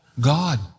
God